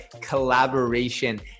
collaboration